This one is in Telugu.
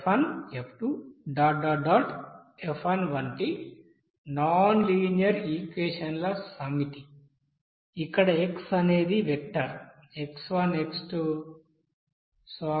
fn వంటి నాన్ లీనియర్ ఈక్వెషన్ల సమితి ఇక్కడ x అనేది వెక్టర్స్ x1 x2